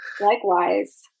Likewise